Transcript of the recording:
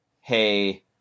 Hey